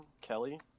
Kelly